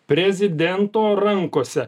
prezidento rankose